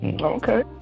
Okay